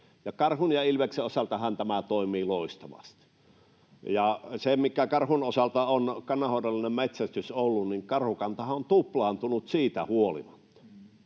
Karhun ja ilveksen osaltahan tämä toimii loistavasti. Se, mikä karhun osalta on kannanhoidollinen metsästys ollut, niin karhukantahan on tuplaantunut siitä huolimatta.